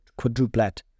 quadruplet